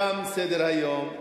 תם סדר-היום.